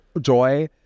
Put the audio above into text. joy